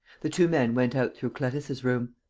the two men went out through clarisse's room.